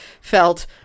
felt